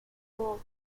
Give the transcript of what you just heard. doll